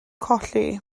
colli